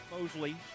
Mosley